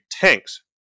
tanks